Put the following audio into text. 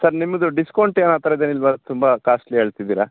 sir ನಿಮ್ಮದು discount ಆ ಥರದ್ ಏನು ಇಲ್ಲವಾ ತುಂಬಾ ಕಾಸ್ಟ್ಲಿ ಹೇಳ್ತಿದ್ದಿರ